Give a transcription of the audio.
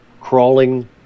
crawling